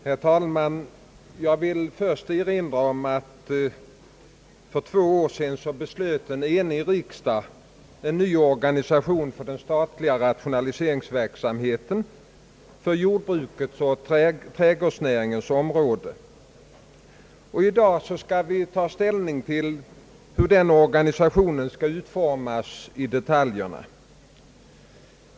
Herr talman! Jag vill först erinra om att för två år sedan beslöt en enig riksdag en ny organisation för den statliga rationaliseringsverksamheten på jordbruksoch trädgårdsnäringens område. I dag skall vi ta ställning till hur denna organisation skall utformas i detaljerna.